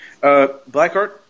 Blackheart